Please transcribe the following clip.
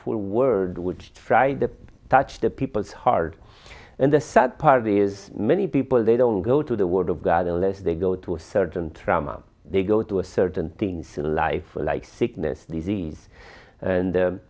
l word which tried to touch the people's heart and the sad part is many people they don't go to the word of god unless they go to a certain trauma they go to a certain things in life like sickness disease and